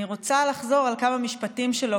אני רוצה לחזור על כמה משפטים שלו,